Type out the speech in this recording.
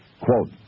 Quote